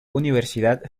universidad